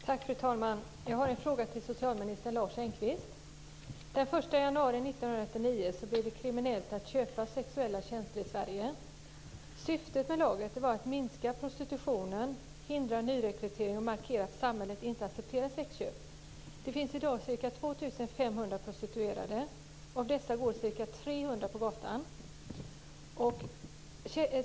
Fru talman! Jag har en fråga till socialminister Den 1 januari 1999 blev det kriminellt att köpa sexuella tjänster i Sverige. Syftet med lagen var att minska prostitutionen, hindra nyrekrytering och markera att samhället inte accepterar sexköp. Det finns i dag ca 2 500 prostituerade. Av dessa går ca 300 på gatan.